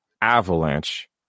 avalanche